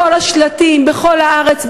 כל השלטים בכל הארץ,